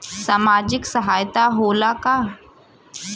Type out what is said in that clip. सामाजिक सहायता होला का?